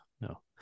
No